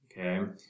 Okay